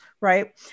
right